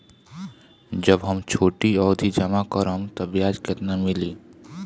जब हम छोटी अवधि जमा करम त ब्याज केतना मिली?